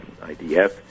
IDF